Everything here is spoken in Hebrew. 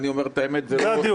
אני אומר את האמת --- זה הדיון